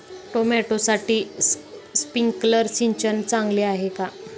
टोमॅटोसाठी स्प्रिंकलर सिंचन चांगले आहे का?